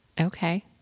Okay